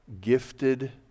gifted